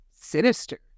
sinister